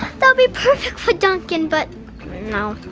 that would be perfect for duncan, but no.